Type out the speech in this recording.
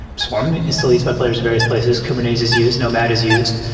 swarm is still used by players in var ious places. kubernetes is used. nomad is used.